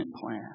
plan